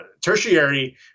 tertiary